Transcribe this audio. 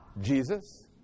Jesus